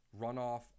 runoff